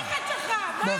מה אתה מבלבל את השכל שלך, מה?